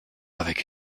avec